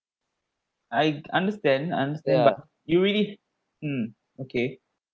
I understand understand but you really mm okay